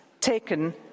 taken